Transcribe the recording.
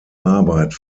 arbeit